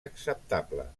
acceptable